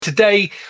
Today